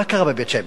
מה קרה בבית-שמש?